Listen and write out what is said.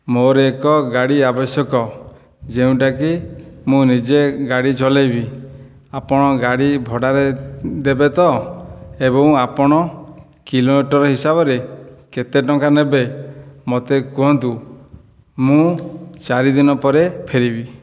ମୋର ଏକ ଗାଡ଼ି ଆବଶ୍ୟକ ଯେଉଁଟାକି ମୁଁ ନିଜେ ଗାଡ଼ି ଚଲାଇବି ଆପଣ ଗାଡ଼ି ଭଡ଼ାରେ ଦେବେ ତ ଏବଂ ଆପଣ କିଲୋମିଟର ହିସାବରେ କେତେ ଟଙ୍କା ନେବେ ମୋତେ କୁହନ୍ତୁ ମୁଁ ଚାରିଦିନ ପରେ ଫେରିବି